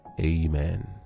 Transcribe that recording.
Amen